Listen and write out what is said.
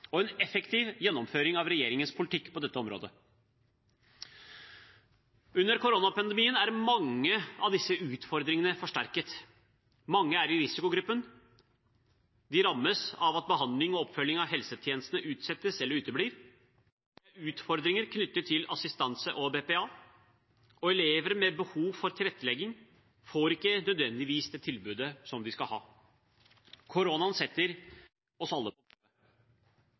og en effektiv gjennomføring av regjeringens politikk på dette området. Under koronapandemien er mange av disse utfordringene forsterket. Mange er i risikogruppen, de rammes av at behandling og oppfølging av helsetjenestene utsettes eller uteblir, det er utfordringer knyttet til assistanse og BPA, og elever med behov for tilrettelegging får ikke nødvendigvis det tilbudet de skal ha. Koronaen setter oss alle på